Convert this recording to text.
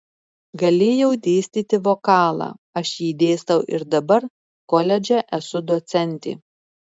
galėjau dėstyti vokalą aš jį dėstau ir dabar koledže esu docentė